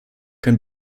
kein